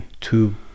two